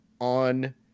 on